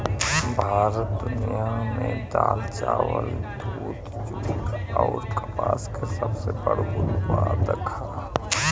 भारत दुनिया में दाल चावल दूध जूट आउर कपास के सबसे बड़ उत्पादक ह